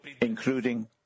including